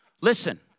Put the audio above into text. Listen